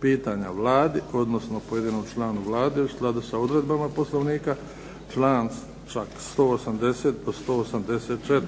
pitanja Vladi, odnosno pojedinom članu Vlade u skladu sa odredbama Poslovnika članak 180. do 184.